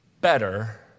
better